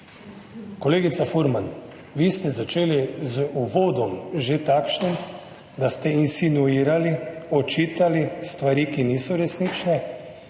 Kolegica Furman, vi ste že začeli s takšnim uvodom, da ste insinuirali, očitali stvari, ki niso resnične,